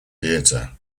theatre